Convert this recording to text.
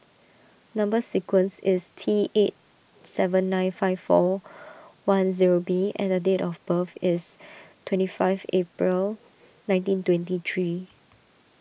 Number Sequence is T eight seven nine five four one zero B and date of birth is twenty five April nineteen twenty three